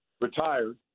retired